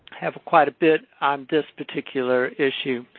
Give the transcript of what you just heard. have quite a bit on this particular issue.